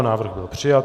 Návrh byl přijat.